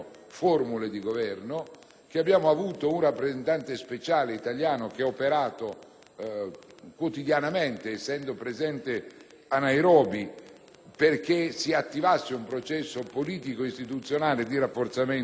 Abbiamo avuto un rappresentante speciale italiano che ha operato quotidianamente, essendo presente a Nairobi, affinché si attivasse un processo politico-istituzionale di rafforzamento delle istituzioni somale.